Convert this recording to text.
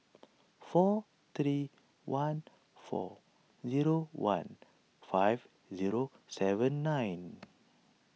four three one four zero one five zero seven nine